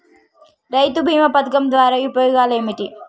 రైతు బీమా పథకం ద్వారా ఉపయోగాలు ఏమిటి?